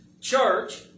church